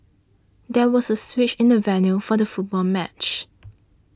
there was a switch in the venue for the football match